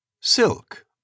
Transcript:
Silk